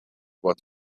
what